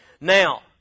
Now